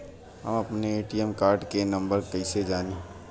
हम अपने ATM card के नंबर कइसे जानी?